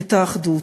את האחדות.